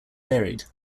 varied